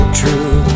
true